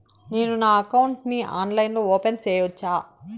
నేను నా అకౌంట్ ని ఆన్లైన్ లో ఓపెన్ సేయొచ్చా?